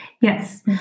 Yes